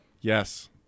Yes